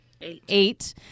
eight